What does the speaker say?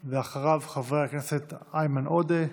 ואחריו, חבר הכנסת איימן עודה,